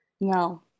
No